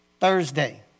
Thursday